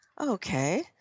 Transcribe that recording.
okay